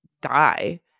die